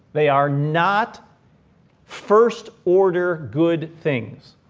they are not first order good things.